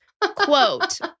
quote